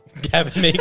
Gavin